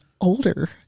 older